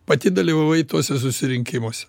pati dalyvavai tuose susirinkimuose